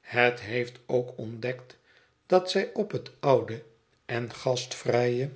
het heeft ook ontdekt dat zij op het oude en gastvrije